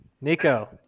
Nico